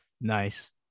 Nice